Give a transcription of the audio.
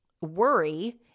Worry